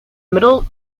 middle